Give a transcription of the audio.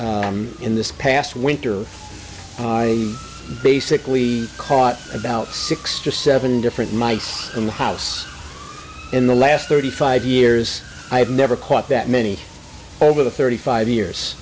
in this past winter i basically caught about six to seven different mice in the house in the last thirty five years i have never caught that many over the thirty five years